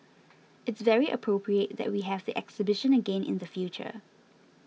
it's very appropriate that we have the exhibition again in the future